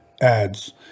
ads